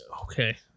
okay